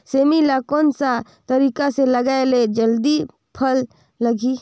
सेमी ला कोन सा तरीका से लगाय ले जल्दी फल लगही?